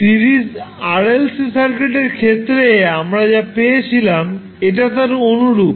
series RLC সার্কিটের ক্ষেত্রে আমরা যা পেয়েছিলাম এটা তার অনুরূপ